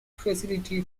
facility